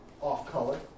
off-color